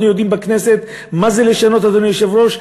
אנחנו יודעים בכנסת מה זה לשנות, אדוני היושב-ראש,